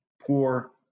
poor